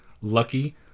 Lucky